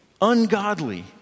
ungodly